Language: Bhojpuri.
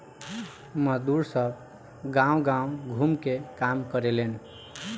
मजदुर सब गांव गाव घूम के काम करेलेन